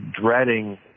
dreading